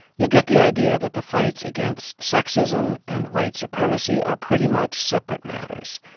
you'll get the idea that the fights against sexism and white supremacy are pretty much separate matters.